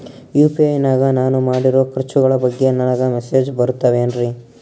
UPI ನಾಗ ನಾನು ಮಾಡಿರೋ ಖರ್ಚುಗಳ ಬಗ್ಗೆ ನನಗೆ ಮೆಸೇಜ್ ಬರುತ್ತಾವೇನ್ರಿ?